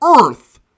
earth